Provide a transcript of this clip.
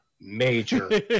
major